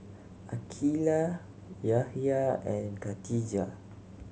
Aqeelah Yahya and Khatijah